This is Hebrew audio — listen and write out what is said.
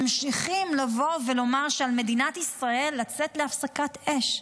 ממשיכים לבוא ולומר שעל מדינת ישראל לצאת להפסקת אש.